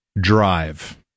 drive